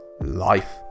life